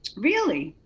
really?